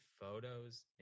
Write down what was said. photos